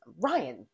Ryan